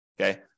Okay